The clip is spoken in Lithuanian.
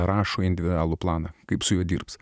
rašo individualų planą kaip su juo dirbs